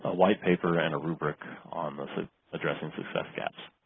ah white paper and a rubric on addressing success gaps.